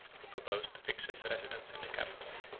who proposed to fix his residence in the capital.